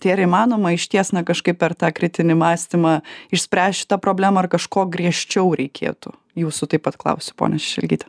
tai ar įmanoma išties na kažkaip per tą kritinį mąstymą išspręst šitą problemą ar kažko griežčiau reikėtų jūsų taip pat klausiu ponia šešelgyte